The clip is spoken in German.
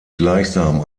gleichsam